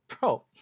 bro